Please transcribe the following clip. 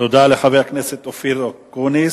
תודה לחבר הכנסת אופיר אקוניס.